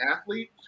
athlete